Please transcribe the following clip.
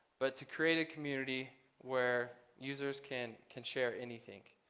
but to create a community where users can can share anything.